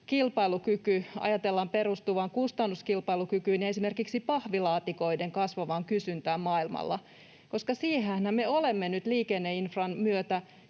kilpailukyvyn ajatellaan perustuvan kustannuskilpailukykyyn ja esimerkiksi pahvilaatikoiden kasvavaan kysyntään maailmalla, koska siihenhän me olemme nyt liikenneinfran myötä